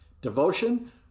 Devotion